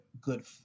good